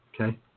okay